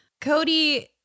Cody